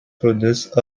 produce